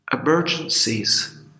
emergencies